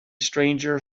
stranger